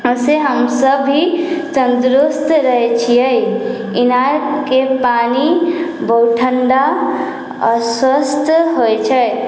ओहिसँ हम सभ भी तन्दरुस्त रहै छियै इनारके पानि बहुत ठण्डा आओर स्वस्थ होइ छै